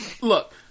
look